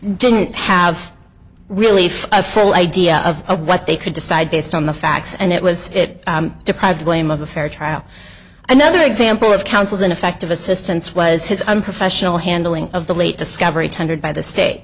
didn't have really a full idea of what they could decide based on the facts and it was it deprived claim of a fair trial another example of counsel's ineffective assistance was his unprofessional handling of the late discovery tendered by the state